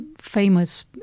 famous